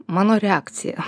mano reakcija